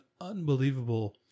unbelievable